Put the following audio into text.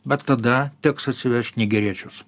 bet tada teks atsivešt nigeriečius